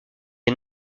est